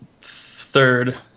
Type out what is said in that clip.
third